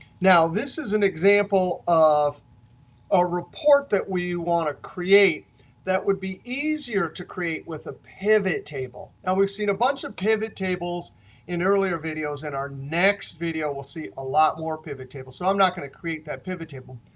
now, this is an example of a report that we want to create that would be easier to create with a pivot table. now, we've seen a bunch of pivot tables in earlier videos. in our next video we'll see a lot more pivot tables. so i'm not going to create that pivot table.